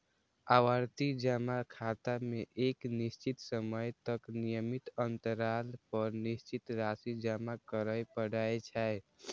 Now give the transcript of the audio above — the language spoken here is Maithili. आवर्ती जमा खाता मे एक निश्चित समय तक नियमित अंतराल पर निश्चित राशि जमा करय पड़ै छै